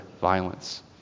violence